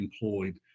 employed